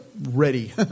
ready